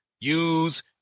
use